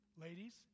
Ladies